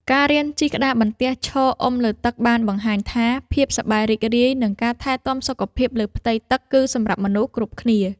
ការរៀនជិះក្តារបន្ទះឈរអុំលើទឹកបានបង្ហាញថា ភាពសប្បាយរីករាយ និងការថែទាំសុខភាពលើផ្ទៃទឹក គឺសម្រាប់មនុស្សគ្រប់គ្នា។